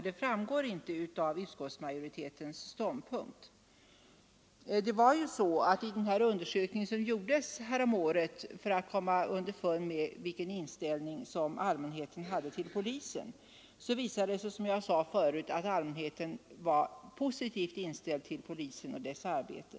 Det framgår nämligen inte av utskottsmajoritetens ståndpunkt. Den undersökning som gjordes häromåret för att klarlägga vilken inställning allmänheten hade till polisen visade att människorna var positivt inställda till polisen och dess arbete.